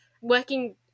working